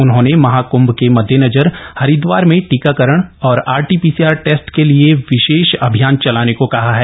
उन्होंने महाकृभ के मददेनजर हरिदवार में टीकाकरण और आरटी पीसीआर टेस्ट के लिए विशेष अभियान चलाने को कहा है